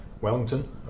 Wellington